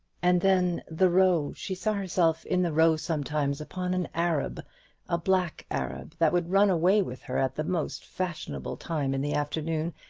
and then the row! she saw herself in the row sometimes, upon an arab a black arab that would run away with her at the most fashionable time in the afternoon,